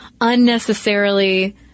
unnecessarily